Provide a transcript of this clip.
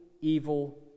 evil